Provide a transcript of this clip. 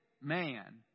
man